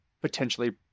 potentially